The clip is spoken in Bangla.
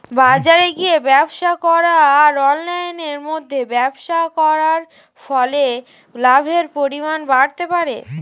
বাজারে গিয়ে ব্যবসা করা আর অনলাইনের মধ্যে ব্যবসা করার ফলে লাভের পরিমাণ বাড়তে পারে?